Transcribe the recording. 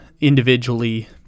individually